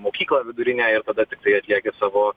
mokyklą vidurinę ir tada tiktai atlieki savo